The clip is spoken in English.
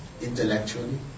intellectually